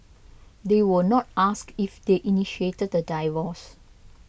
they were not asked if they initiated the divorce